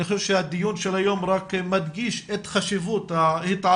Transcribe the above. אני חושב שהדיון של היום רק מדגיש את חשיבות ההתערבות